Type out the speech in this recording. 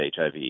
HIV